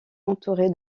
entouré